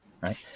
right